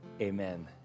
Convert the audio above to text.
amen